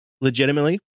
legitimately